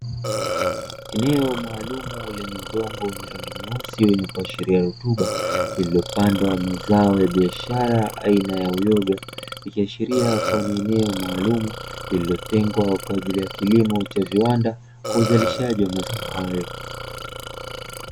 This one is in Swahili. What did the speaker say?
Eneo maalumu lenye udongo wenye rangi nyeusi wenye kuhashiria rutuba, lilopandwa mazao ya biashara aina ya uyoga, ikihashiria kuwa ni eneo maalumu, lilotengwa kwa ajili ya kilimo cha viwanda kwa uzalishaji wa mazao hayo.